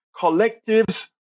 Collectives